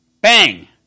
bang